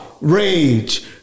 Rage